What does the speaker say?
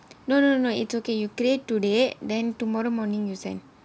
no no no it's okay you create today then tomorrow morning you send